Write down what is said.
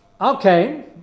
Okay